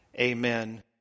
Amen